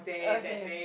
okay